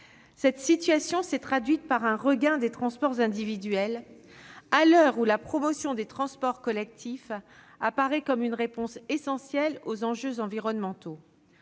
Cette situation s'est traduite par un regain du recours aux transports individuels, à l'heure où la promotion des transports collectifs apparaît comme une réponse essentielle aux enjeux environnementaux.